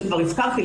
שכבר הזכרתי,